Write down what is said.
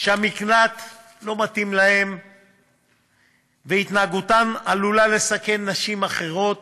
שהמקלט לא מתאים להן והתנהגותן עלולה לסכן נשים אחרות,